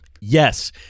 Yes